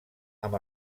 amb